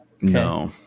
No